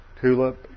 tulip